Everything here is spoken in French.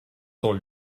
cent